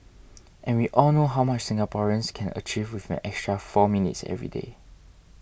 and we all know how much Singaporeans can achieve with an extra four minutes every day